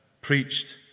preached